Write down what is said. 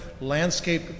landscape